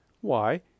Why